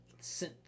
Synth